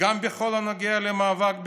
גם בכל הנוגע למאבק בקורונה,